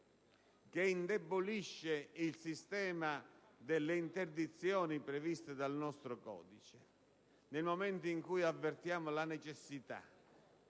che indebolisce il sistema delle interdizioni previsto dal nostro codice, nel momento in cui avvertiamo la necessità